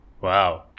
Wow